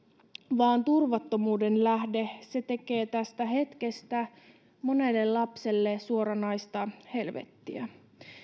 vaan turvattomuuden lähde se tekee tästä hetkestä monelle lapselle suoranaista helvettiä